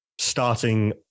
starting